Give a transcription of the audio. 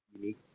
unique